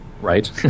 Right